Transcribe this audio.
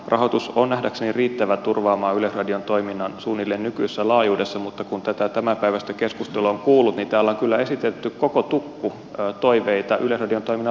rahoitus on nähdäkseni riittävä turvaamaan yleisradion toiminnan suunnilleen nykyisessä laajuudessa mutta kun tätä tämänpäiväistä keskustelua on kuullut niin täällä on kyllä esitetty koko tukku toiveita yleisradion toiminnan laajentamisesta